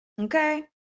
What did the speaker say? okay